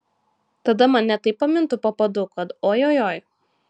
tada mane taip pamintų po padu kad ojojoi